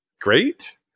great